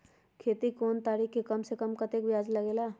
खेती लोन खातीर कम से कम कतेक ब्याज लगेला?